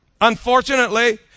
Unfortunately